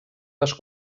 les